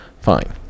fine